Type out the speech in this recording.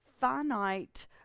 finite